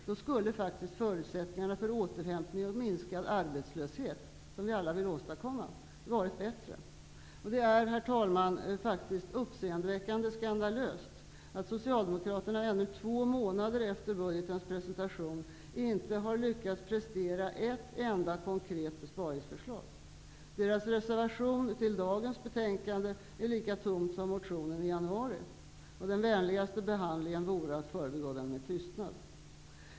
Då skulle faktiskt förutsättningarna för återhämtning och minskad arbetslöshet, vilket vi alla vill åstadkomma, har varit bättre. Det är, herr talman, faktiskt uppseendeväckande skandalöst att Socialdemokraterna ännu två månader efter budgetens presentation inte har lyckats prestera ett enda konkret besparingsförslag. Deras reservation till dagens betänkande är lika tom som motionen i januari. Den vänligaste behandlingen vore att förbigå den med tystnad.